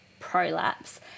prolapse